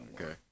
Okay